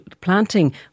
planting